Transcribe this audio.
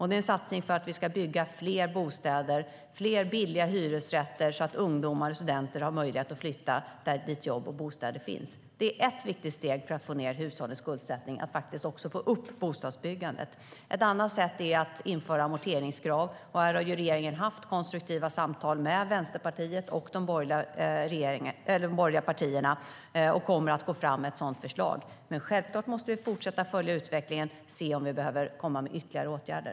Det är en satsning för att vi ska bygga fler bostäder, fler billiga hyresrätter, så att ungdomar och studenter har möjlighet att flytta dit där jobb och bostäder finns. Det är ett viktigt steg för att få ned hushållens skuldsättning - att faktiskt få upp bostadsbyggandet. Ett annat sätt är att införa amorteringskrav. Här har regeringen haft konstruktiva samtal med Vänsterpartiet och de borgerliga partierna och kommer att gå fram med ett sådant förslag. Men självklart måste vi fortsätta att följa utvecklingen och se om vi behöver komma med ytterligare åtgärder.